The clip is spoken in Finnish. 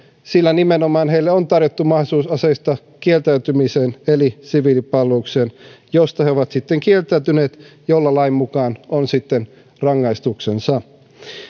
sillä heille nimenomaan on tarjottu mahdollisuus aseistakieltäytymiseen eli siviilipalvelukseen josta he ovat sitten kieltäytyneet millä lain mukaan on sitten rangaistuksensa